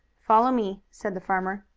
follow me, said the farmer.